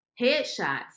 headshots